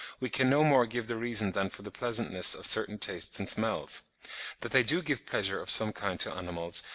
we can no more give the reason than for the pleasantness of certain tastes and smells that they do give pleasure of some kind to animals,